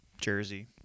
Jersey